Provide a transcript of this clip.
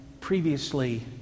previously